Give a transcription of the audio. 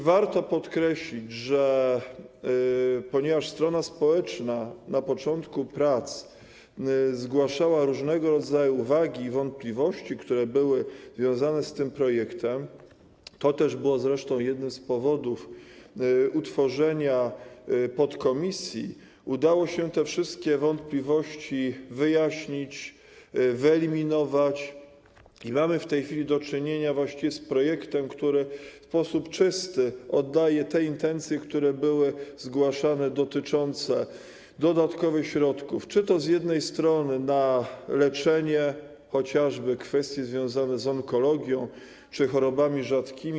Warto podkreślić, że ponieważ strona społeczna na początku prac zgłaszała różnego rodzaju uwagi i wątpliwości, które były związane z tym projektem - to też było zresztą jednym z powodów utworzenia podkomisji - udało się te wszystkie wątpliwości wyjaśnić, wyeliminować i mamy w tej chwili do czynienia z projektem, który w sposób czysty oddaje te intencje, które były zgłaszane, dotyczące dodatkowych środków: na leczenie, chociażby na kwestie związane z onkologią czy z chorobami rzadkimi.